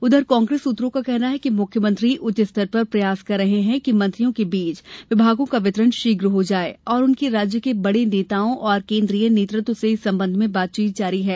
उधर कांग्रेस सूत्रों का कहना है कि मुख्यमंत्री उच्च स्तर पर प्रयास कर रहे है कि मंत्रियों के बीच विभागों का वितरण शीघ्र हो जाए और उनकी राज्य के बड़े नेताओं और केंद्रीय नेतृत्व से इस संबंध में बातचीत जारी है